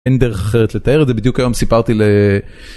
אין דרך אחרת לתאר את זה בדיוק היום סיפרתי ל...